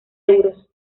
euros